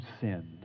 sinned